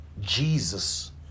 Jesus